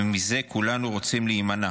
ומזה כולנו רוצים להימנע.